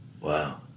Wow